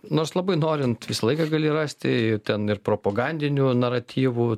nors labai norint visą laiką gali rasti ir ten ir propagandinių naratyvų